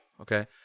okay